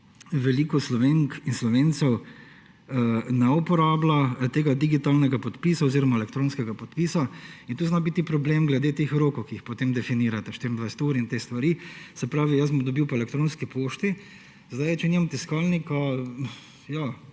veliko Slovenk in Slovencev ne uporablja tega digitalnega podpisa oziroma elektronskega podpisa in tu zna biti problem glede teh rokov, ki jih potem definirate, 24 ur in te stvari. Se pravi, jaz bom dobil po elektronski pošti. Če nimam tiskalnika,